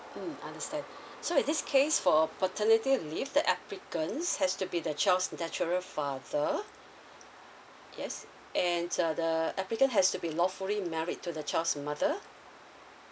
mm understand so in this case for uh paternity leave the applicants has to be the child's natural father yes and uh the applicant has to be lawfully married to the child's mother